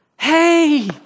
hey